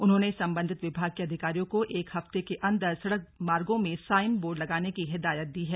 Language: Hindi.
उन्होंने संबंधित विभाग के अधिकारियों को एक हफ्ते के अदंर सड़क मार्गो में साइन बोर्ड लगाने की हिदायत दी है